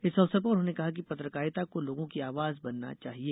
इस अवसर पर उन्होंने कहा कि पत्रकारिता लोगों की आवाज बनना चाहिये